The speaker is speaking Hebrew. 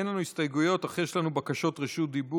אין לנו הסתייגויות, אך יש לנו בקשות רשות דיבור.